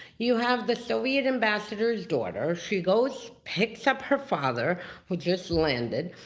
you have the soviet ambassador's daughter. she goes, picks up her father who just landed.